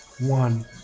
One